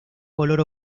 color